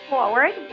Forward